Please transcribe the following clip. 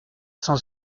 cent